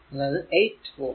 അതായതു 8 വോൾട്